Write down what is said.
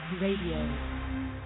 Radio